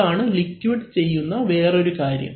ഇതാണ് ലിക്വിഡ് ചെയ്യുന്ന വേറൊരു കാര്യം